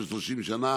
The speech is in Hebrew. צריך